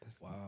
Wow